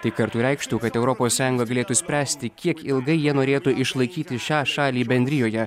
tai kartu reikštų kad europos sąjunga galėtų spręsti kiek ilgai jie norėtų išlaikyti šią šalį bendrijoje